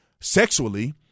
sexually